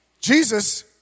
Jesus